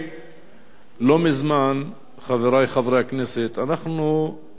לא מזמן, חברי חברי הכנסת, אנחנו, באסון הכרמל,